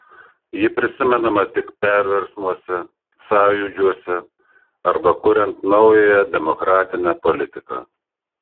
ji prisimenama tik perversmuose sąjūdžiuose arba kuriant naująją demokratinę politiką